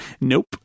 nope